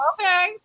okay